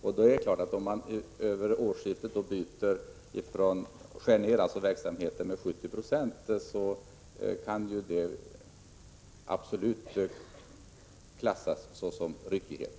Om man över årsskiftet byter fot och skär ned verksamheten med 70 96, kan detta absolut klassas som ryckighet.